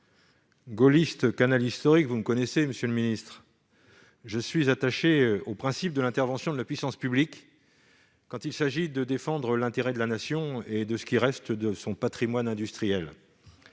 Gaulliste « canal historique »- vous me connaissez, monsieur le ministre -, je suis attaché au principe de l'intervention de la puissance publique quand il s'agit de défendre l'intérêt de la Nation et ce qui reste de son patrimoine industriel.